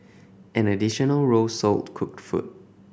an additional row sold cooked food